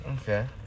Okay